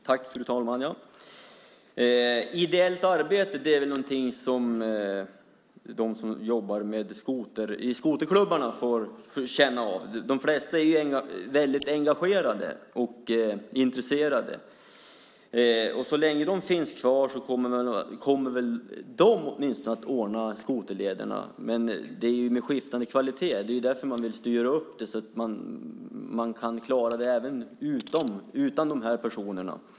Fru talman! Ideellt arbete är något som de som jobbar i skoterklubbarna får känna av. De flesta är mycket engagerade och intresserade. Så länge de finns kvar kommer åtminstone de att ordna skoterlederna men med skiftande kvalitet. Det är därför man vill styra upp det så att man kan klara det även utan dessa personer.